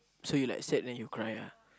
so you like sad then you cry ah